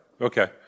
Okay